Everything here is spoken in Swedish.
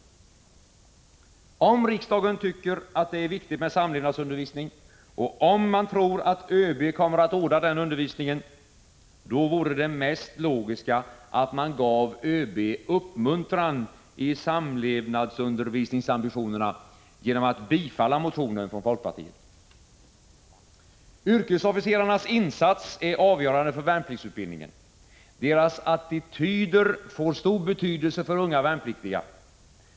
16 maj 1986 Om riksdagen tycker att det är viktigt med samlevnadsundervisning och & MG Vissa personalfrågor om man tror att ÖB kommer att ordna den undervisningen, vore det mest zz P SE råg. z A : 3 Ev för det militära logiskt att man gav ÖB uppmuntran i samlevnadsundervisningsambitionerna försvaret rsvarel Yrkesofficerarnas insats är avgörande för värnpliktsutbildningen. Deras attityder får stor betydelse för unga värnpliktiga.